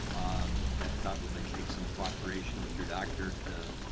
that probably take some cooperation with your doctor a.